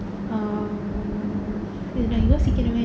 um இத நான் யோசிக்கனுமே:itha naan yosikkanumae